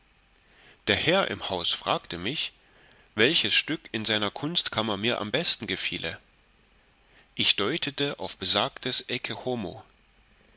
der herr im haus fragte mich welches stück in seiner kunstkammer mir am besten gefiele ich deutete auf besagtes